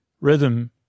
Rhythm